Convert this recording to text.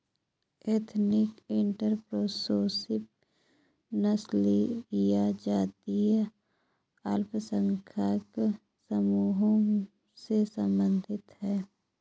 ethnic entrepreneurship नस्लीय या जातीय अल्पसंख्यक समूहों से संबंधित हैं